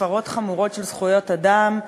הפרות חמורות של זכויות אדם,